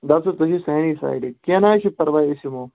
دوٚپ ژٕ تُہۍ چھِو سانے سایڈٕ کیٚنٛہہ نہَ حظ چھُ پَرواے أسۍ یِمو